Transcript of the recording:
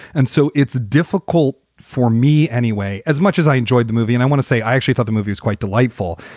and so it's difficult for me anyway. as much as i enjoyed the movie and i want to say i actually thought the movie was quite delightful.